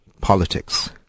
politics